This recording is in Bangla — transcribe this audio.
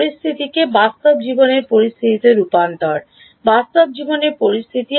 পরিস্থিতিটিকে বাস্তব জীবনের পরিস্থিতিতে রূপান্তর বাস্তব জীবনের পরিস্থিতি